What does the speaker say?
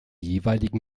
jeweiligen